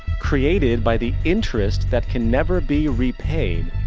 created by the interest that can never be re-payed,